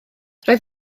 roedd